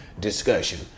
discussion